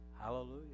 Hallelujah